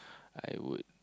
I would